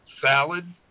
salad